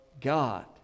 God